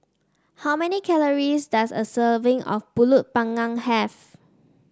how many calories does a serving of pulut panggang have